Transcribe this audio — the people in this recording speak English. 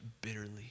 bitterly